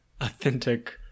authentic